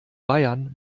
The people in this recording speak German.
bayern